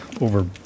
over